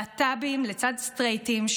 להט"בים לצד סטרייטים,